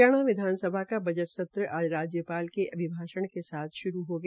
हरियाणा विधानसभा का बजट सत्र आज राज्यपाल के अभिभाषण के साथ शुरू हो गया